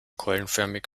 keulenförmig